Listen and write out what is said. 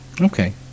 okay